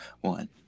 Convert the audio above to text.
one